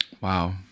Wow